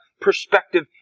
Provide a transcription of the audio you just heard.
perspective